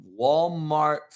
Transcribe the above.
Walmart